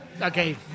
Okay